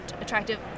attractive